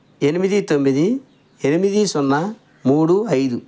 ఎనిమిది తొమ్మిది ఎనిమిది సున్నా మూడు ఐదు